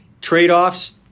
Trade-offs